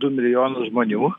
du milijonus žmonių